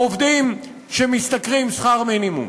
העובדים שמשתכרים שכר מינימום.